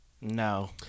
No